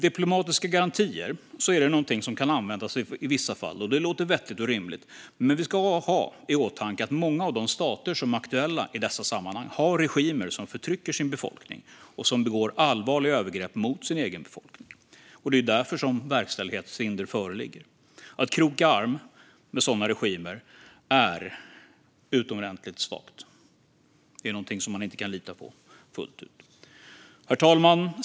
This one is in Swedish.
Diplomatiska garantier kan användas i vissa fall - det låter vettigt och rimligt. Men vi ska ha i åtanke att många av de stater som är aktuella i dessa sammanhang har regimer som förtrycker sin befolkning och som begår allvarliga övergrepp mot sin befolkning. Det är därför som verkställighetshinder föreligger. Att kroka arm med sådana regimer är utomordentligt svagt. Det är någonting som man inte kan lita på fullt ut. Herr talman!